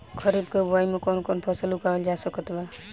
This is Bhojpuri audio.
खरीब के बोआई मे कौन कौन फसल उगावाल जा सकत बा?